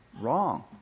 Wrong